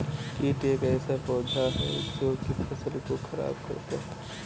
कीट एक ऐसा पौधा है जो की फसल को खराब करता है